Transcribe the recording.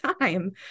time